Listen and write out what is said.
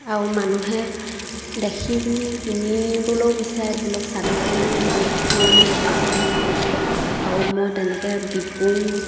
আৰু মানুহে দেখি পিনি কিনিবলৈও বিচাৰে ধৰি লওক চাদৰখন শুৱনী লাগে যে সেইটো কাৰণে আৰু মই তেনেকে বিকো